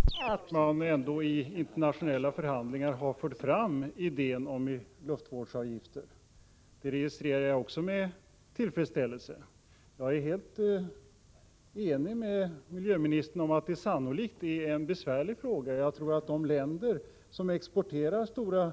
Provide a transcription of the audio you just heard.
Fru talman! Jag hade ingen som helst kritik att rikta mot att miljöministern upprepar delar av sitt tal. Jag tycker att han skall göra det. Jag är tvärtom glad över att vi i riksdagen fick del av det, för det har vi alltså inte fått annat än via massmedia, och miljöministern vet ju själv hur pass kortfattat det blir. Sedan registrerar jag med tillfredsställelse att man ändå i internationella förhandlingar har fört fram idén om luftvårdsavgifter. Jag är helt ense med miljöministern om att det sannolikt är en besvärlig fråga. Jag är helt övertygad om att de länder som exporterar stora